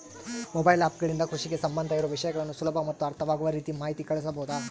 Mobile app ಗಳಿಂದ ಕೃಷಿಗೆ ಸಂಬಂಧ ಇರೊ ವಿಷಯಗಳನ್ನು ಸುಲಭ ಮತ್ತು ಅರ್ಥವಾಗುವ ರೇತಿ ಮಾಹಿತಿ ಕಳಿಸಬಹುದಾ?